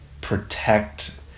protect